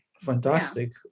Fantastic